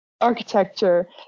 architecture